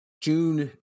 June